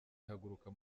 ihaguruka